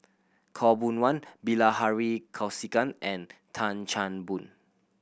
Khaw Boon Wan Bilahari Kausikan and Tan Chan Boon